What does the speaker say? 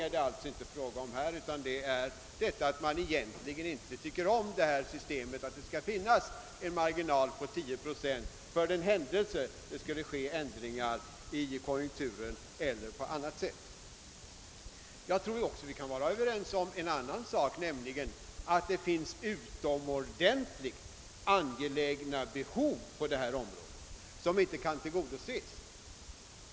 Här gäller det bara att man inte tycker om systemet att det finns en marginal på 10 procent för den händelse att det blir en ändring i konjunkturerna. Vidare tror jag vi kan vara ense om att det finns angelägna behov på detta område som inte kan tillgodoses.